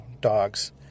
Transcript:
dogs